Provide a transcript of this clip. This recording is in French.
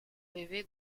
rêvé